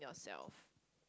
yourself